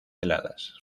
heladas